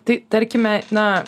tai tarkime na